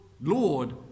Lord